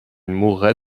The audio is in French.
mourait